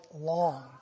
long